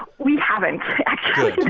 but we haven't actually.